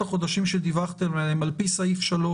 החודשים שדיווחתם עליהם על פי פסקה (3)